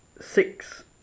six